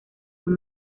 son